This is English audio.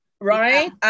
Right